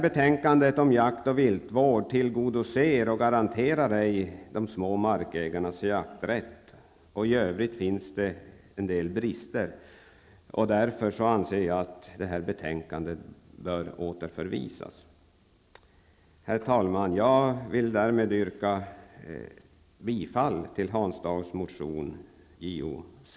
Betänkandet om jakt och viltvård tillgodoser och garanterar ej de små markägarnas jakträtt, och även i övrigt finns en del brister. Därför anser jag att betänkandet bör återförvisas. Herr talman! Jag vill därmed yrka bifall till Hans